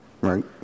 Right